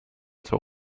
zur